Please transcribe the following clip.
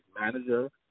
manager